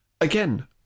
Again